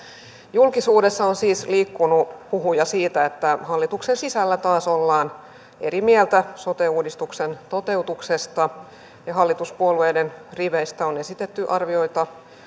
julkisuudessa on siis liikkunut huhuja siitä että hallituksen sisällä taas ollaan eri mieltä sote uudistuksen toteutuksesta ja hallituspuolueiden riveistä on esitetty arvioita